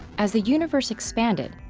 as the universe expanded,